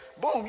Boom